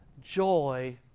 joy